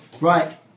Right